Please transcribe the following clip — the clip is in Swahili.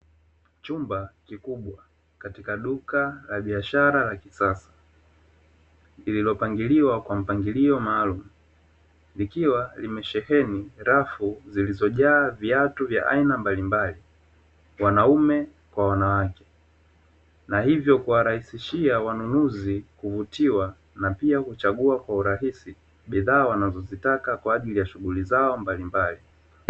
Chumba kikubwa katika duka la biashara la kisasa, lililopangiliwa kwa mpangilio maalumu likiwa limesheheni rafu zilizojaa viatu vya aina mbalimbali wanaume kwa wanawake, na hivyo kuwarahisishia wanunuzi kuvutiwa na pia kuchagua kwa urahisi, bidhaa wanazozitaka kwa ajiliya shughuli zao mbalimbali.